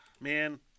Man